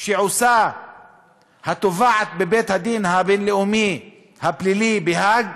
שעושה התובעת בבית-הדין הבין-לאומי הפלילי בהאג,